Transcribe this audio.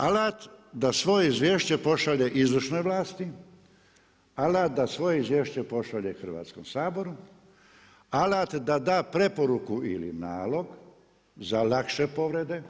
Alat da svoje izvješće pošalje izvršnoj vlasti, alat da svoje izvješće pošalje Hrvatskom saboru, alat da da preporuku ili nalog za lakše povrede.